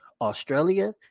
Australia